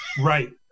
Right